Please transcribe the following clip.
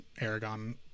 Aragon